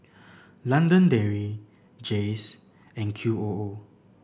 London Dairy Jays and Q O O